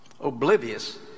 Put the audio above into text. Oblivious